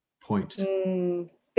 point